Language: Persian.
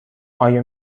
آیا